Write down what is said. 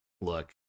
Look